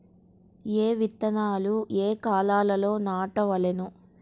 ఏ విత్తనాలు ఏ కాలాలలో నాటవలెను?